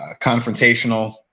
confrontational